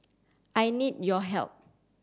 I need your help